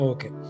Okay